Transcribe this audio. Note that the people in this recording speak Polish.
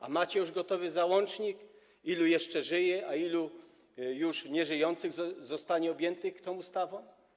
A macie już gotowy załącznik, ilu jeszcze żyjących, a ilu już nieżyjących zostanie objętych tą ustawą?